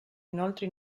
inoltre